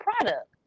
product